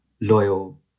loyal